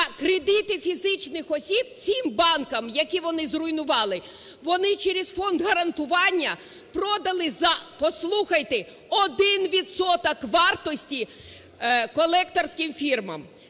А кредити фізичних осіб цим банкам, які вони зруйнували, вони через Фонд гарантування продали за – послухайте! – один відсоток вартості колекторським фірмам.